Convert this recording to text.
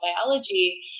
biology